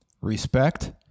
Respect